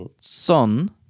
son